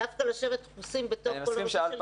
דווקא לשבת תפוסים בתוך כל הבית הספר.